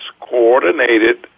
Coordinated